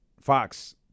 Fox